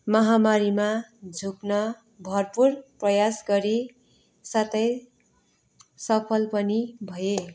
माहामारीमा झुक्न भरपुर प्रयास गरे साथै सफल पनि भए